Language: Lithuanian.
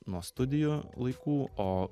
nuo studijų laikų o